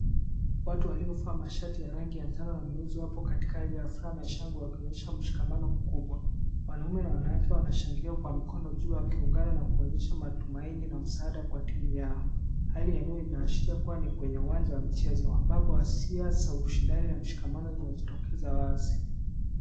Watu waliovaa mashati ya njano na nyeusi wako katika hali ya furaha na shangwe wakionyesha mshikamano mkubwa. Wanaume na wanawake wanashangilia kwa furaha mikono juu wakiungana na kuonyesha matumaini na msaada kwa timu yao. Hali ya eneo inaashiria kuwa ni kwenye uwanja wa michezo ambapo asia za ushindani na mshikamano zinajitokeza wazi.